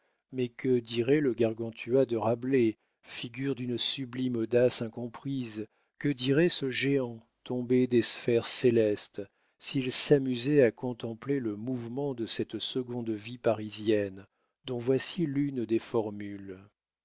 mais que dirait le gargantua de rabelais figure d'une sublime audace incomprise que dirait ce géant tombé des sphères célestes s'il s'amusait à contempler le mouvement de cette seconde vie parisienne dont voici l'une des formules